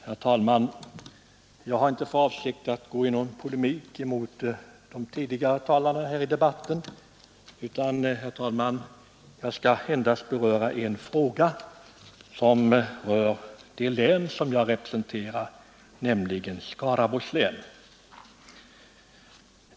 Herr talman! Jag har inte för avsikt att gå i polemik med de tidigare talarna här i debatten utan skall endast ta upp en fråga som rör det län jag representerar, nämligen Skaraborgs län.